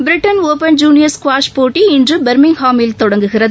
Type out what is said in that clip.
Britain open junior ஸ்குவாஷ்போட்டி இன்றுபெர்மிங்காமில் தொடங்குகிறது